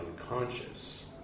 unconscious